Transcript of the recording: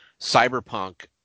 Cyberpunk